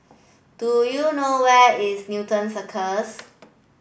do you know where is Newton Cirus